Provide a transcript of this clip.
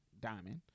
Diamond